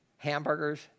hamburgers